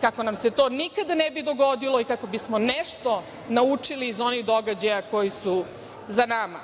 kako nam se to nikada ne bi dogodilo i kako bi smo nešto naučili iz onih događaja koji su za nama.